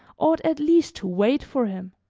ought, at least, to wait for him.